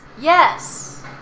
Yes